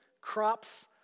Crops